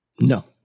No